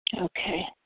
Okay